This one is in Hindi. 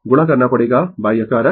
गुणा करना पड़ेगा यह कारक